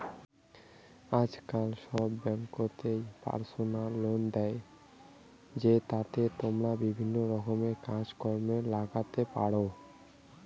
আজকাল সব ব্যাঙ্ককোতই পার্সোনাল লোন দেই, জেতাতে তমরা বিভিন্ন রকমের কাজ কর্ম লাগাইতে পারাং